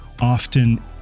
often